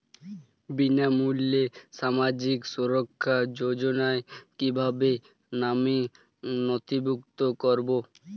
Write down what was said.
বিনামূল্যে সামাজিক সুরক্ষা যোজনায় কিভাবে নামে নথিভুক্ত করবো?